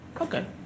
Okay